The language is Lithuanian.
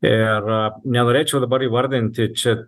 ir nenorėčiau dabar įvardinti čia